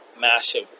massive